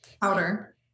Powder